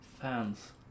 fans